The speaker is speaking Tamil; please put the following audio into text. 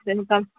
சரி கம்